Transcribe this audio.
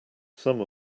some